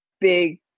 big